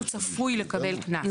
הוא צפוי לקבל קנס.